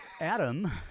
Adam